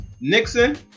nixon